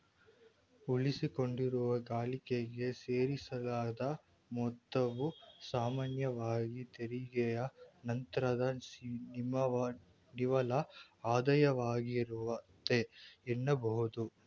ಉಳಿಸಿಕೊಂಡಿರುವ ಗಳಿಕೆಗೆ ಸೇರಿಸಲಾದ ಮೊತ್ತವು ಸಾಮಾನ್ಯವಾಗಿ ತೆರಿಗೆಯ ನಂತ್ರದ ನಿವ್ವಳ ಆದಾಯವಾಗಿರುತ್ತೆ ಎನ್ನಬಹುದು